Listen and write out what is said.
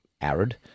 arid